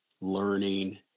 learning